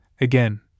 Again